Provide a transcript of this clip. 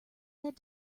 said